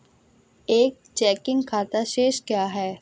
एक चेकिंग खाता शेष क्या है?